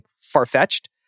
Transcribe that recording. far-fetched